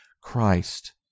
Christ